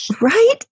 Right